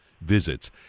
visits